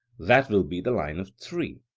that will be the line of three.